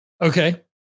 okay